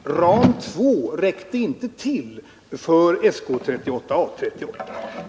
Herr talman! Det är ingalunda så att vi lagt fram ett sådant förslag. Ram 2 räckte inte till för SK 38/A 38-projektet.